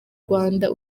rwanda